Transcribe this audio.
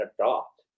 adopt